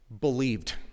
believed